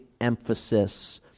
emphasis